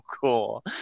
cool